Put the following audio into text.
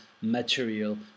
material